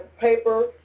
paper